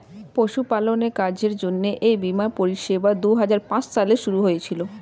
পশুপালনের কাজের জন্য এই বীমার পরিষেবা দুহাজার পাঁচ সালে শুরু হয়েছিল